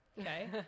Okay